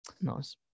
nice